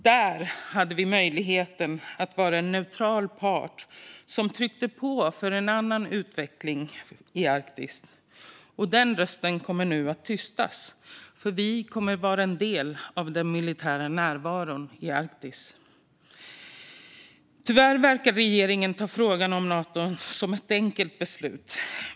Där hade vi möjligheten att vara en neutral part som tryckte på för en annan utveckling i Arktis. Den rösten kommer nu att tystas eftersom vi kommer att vara en del av den militära närvaron i Arktis. Tyvärr verkar regeringen ta frågan om Nato som ett enkelt beslut.